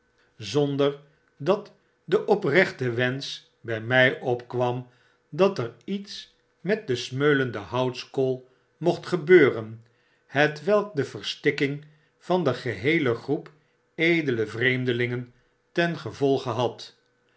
zonder dat de oprechte wensch by mij opkwam dat er iets met de smeulende houtskool mocht gebeuren hetwelk de verstikking van de geheele groep edele vreemdelingen ten gevolge had